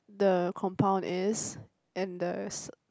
the compound is and the s~